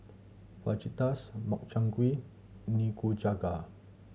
Fajitas Makchang Gui Nikujaga